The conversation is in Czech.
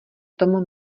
tom